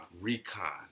recon